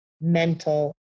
mental